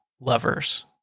lovers